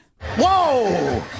Whoa